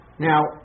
Now